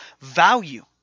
value